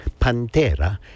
Pantera